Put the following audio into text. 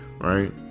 right